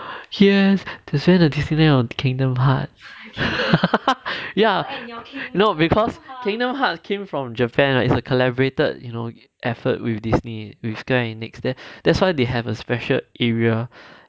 yes that's why the disneyland on kingdom heart ya no because kingdom heart came from japan it's collaborated you know effort with disney with that's why they have a special area if I am not wrong